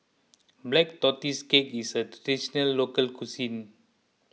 Black Tortoise Cake is a Traditional Local Cuisine